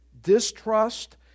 distrust